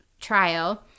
trial